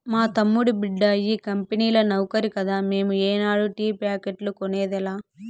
మా తమ్ముడి బిడ్డ ఈ కంపెనీల నౌకరి కదా మేము ఏనాడు టీ ప్యాకెట్లు కొనేదిలా